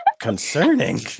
concerning